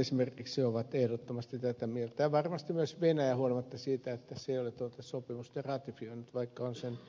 esimerkiksi ruotsi ovat ehdottomasti tätä mieltä ja varmasti myös venäjä huolimatta siitä että se ei ole tuota sopimusta ratifioinut vaikka on sen allekirjoittanut